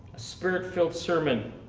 spirit filled sermon.